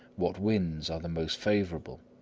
what winds are the most favourable,